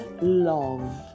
love